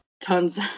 Tons